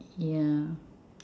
yeah